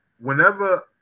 whenever